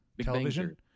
television